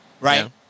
right